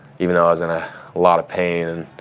even though i was in a lot of pain.